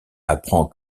apprend